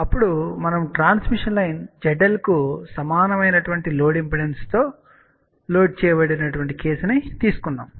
అప్పుడు మనము transmission line ZL కు సమానమైన లోడ్ ఇంపిడెన్స్ తో లోడు చేయబడిన కేసుని తీసుకున్నాము